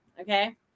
Okay